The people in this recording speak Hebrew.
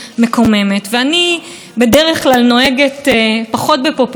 אני יותר אוהבת בענייניות לנסות ולהפריך את הטיעונים,